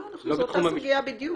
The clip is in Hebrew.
לא, זו אותה סוגיה בדיוק.